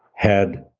had